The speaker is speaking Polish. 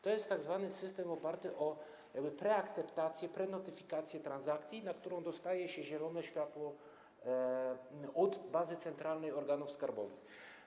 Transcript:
To jest tzw. system oparty o preakceptację, prenotyfikację transakcji, na którą dostaje się zielone światło od bazy centralnej organów skarbowych.